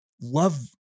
love